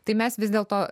tai mes vis dėlto